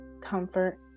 comfort